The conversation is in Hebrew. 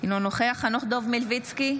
אינו נוכח חנוך דב מלביצקי,